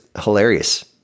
hilarious